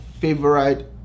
favorite